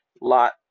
Lot